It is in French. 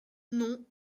non